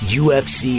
ufc